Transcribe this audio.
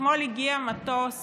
אתמול הגיע מטוס